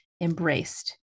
embraced